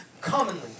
commonly